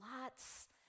lots